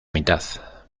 mitad